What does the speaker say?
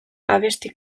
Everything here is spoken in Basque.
abesti